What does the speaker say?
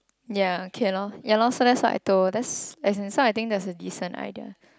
ya okay loh ya loh so that's what I told that's as in so I think that's a decent idea